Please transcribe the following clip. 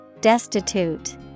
Destitute